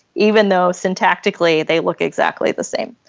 even though syntactically they look exactly the same.